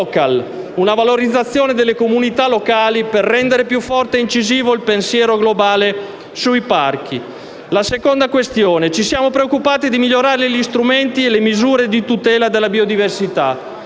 una valorizzazione delle comunità locali, per rendere più forte e incisivo il pensiero globale sui parchi. In secondo luogo, ci siamo preoccupati di migliorare gli strumenti e le misure per la tutela della biodiversità